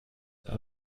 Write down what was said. are